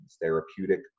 therapeutic